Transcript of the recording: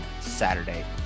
Saturday